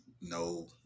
no